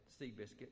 Seabiscuit